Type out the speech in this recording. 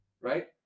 right